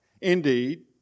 Indeed